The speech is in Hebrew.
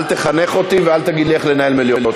אל תחנך אותי ואל תגיד לי איך לנהל מליאות.